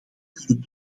kunnen